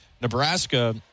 nebraska